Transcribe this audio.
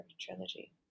trilogy